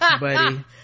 buddy